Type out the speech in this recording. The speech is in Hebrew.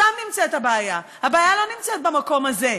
שם נמצאת הבעיה, הבעיה לא נמצאת במקום הזה.